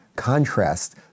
contrast